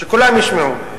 שכולם ישמעו: